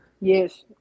Yes